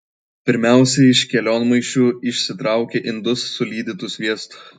pirmiausia iš kelionmaišių išsitraukia indus su lydytu sviestu